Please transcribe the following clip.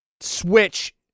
Switch